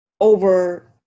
over